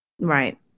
Right